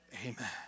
Amen